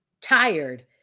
tired